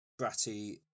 bratty